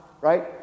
right